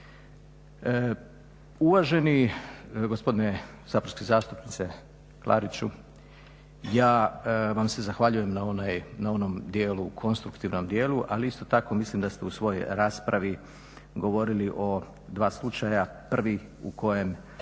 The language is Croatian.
Uvaženi gospodine saborski zastupniče Klariću, ja vam se zahvaljujem na onom dijelu, konstruktivnom dijelu, ali isto tako mislim da ste u svojoj raspravi govorili o dva slučaja, prvi u kojem